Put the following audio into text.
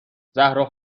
زهرا